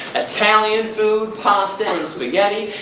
italian food. pasta and spaghetti.